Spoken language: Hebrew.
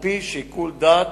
על-פי שיקול דעת.